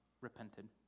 repented